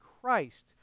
Christ